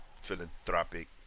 philanthropic